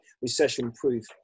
recession-proof